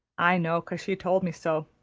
i know, cause she told me so.